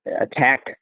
attack